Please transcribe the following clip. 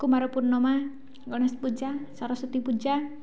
Kumar Purnima Ganesh Puja Saraswati Puja